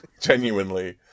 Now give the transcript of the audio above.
Genuinely